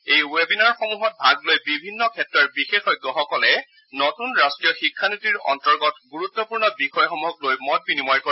এই ৱেবিনাৰসমূহত ভাগ লৈ বিভিন্ন ক্ষেত্ৰৰ বিশেষজ্ঞসকলে নতুন ৰট্টীয় শিক্ষা নীতিৰ অন্তৰ্গত গুৰুত্পূৰ্ণ বিষয়সমূহক লৈ মত বিনিময় কৰিব